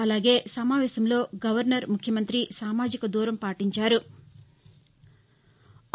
అలాగే సమావేశంలో గవర్నర్ ముఖ్యమంతి సామాజిక దూరం పాటించారు